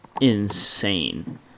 insane